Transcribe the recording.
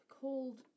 called